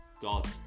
God